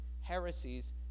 heresies